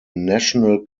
national